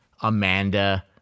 Amanda